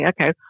okay